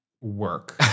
Work